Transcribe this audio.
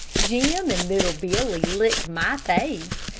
jim and little billy licked my face,